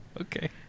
Okay